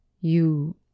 You